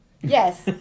Yes